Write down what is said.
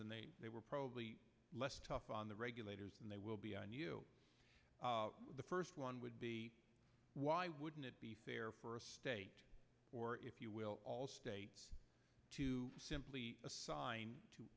and they they were probably less tough on the regulators and they will be i knew the first one would be why wouldn't it be fair for a state or if you will all states to simply assign to